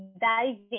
diving